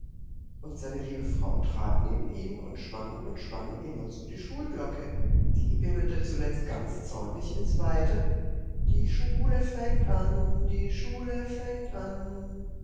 und seine liebe frau trat neben ihn und schwang und schwang immerzu die schulglocke die bimmelte zuletzt ganz zornig ins weite die schule fängt an die schule fängt an